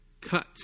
cut